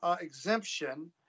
exemption